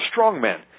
strongmen